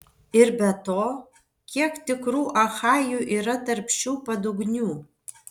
ir be to kiek tikrų achajų yra tarp šių padugnių